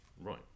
right